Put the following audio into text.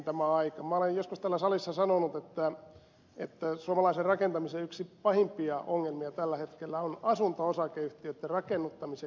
minä olen joskus täällä salissa sanonut että suomalaisen rakentamisen yksi pahimpia ongelmia tällä hetkellä on asunto osakeyhtiöitten rakennuttamis ja kilpailuttamisosaaminen